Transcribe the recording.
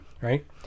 Right